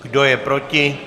Kdo je proti?